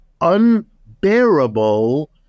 unbearable